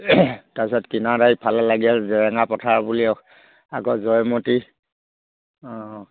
তাৰপাছত কিনাৰতে ইফালে লাগি আছে জেৰেঙা পথাৰ বুলি আগৰ জয়মতী অঁ